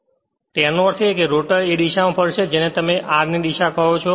તેથી તેનો અર્થ એ કે રોટર એ દિશા માં ફરશે જેને તમે r ની દિશા કહો છો